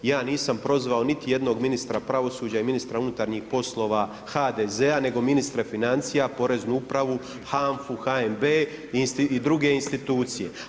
Ja nisam prozvao niti jednog ministra pravosuđa i ministra unutarnjih poslova HDZ-a, nego ministra financija, poreznu upravu, HANF-u, HNB i druge institucije.